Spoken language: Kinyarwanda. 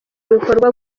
bikorwa